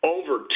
over